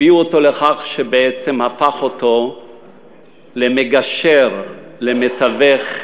הביאו אותו לכך שבעצם הפך אותו למגשר, למתווך,